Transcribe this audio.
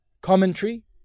commentary